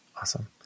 Awesome